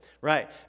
Right